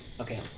Okay